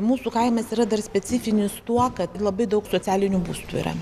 mūsų kaimas yra dar specifinis tuo kad labai daug socialinių būstų yra